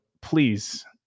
please